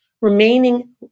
remaining